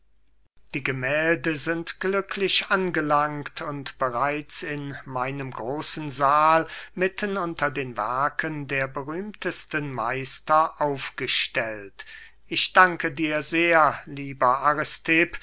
die gemählde sind glücklich angelangt und bereits in meinem großen sahl mitten unter den werken der berühmtesten meister aufgestellt ich danke dir sehr lieber